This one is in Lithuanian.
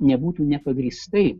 nebūtų nepagrįstai